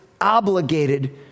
obligated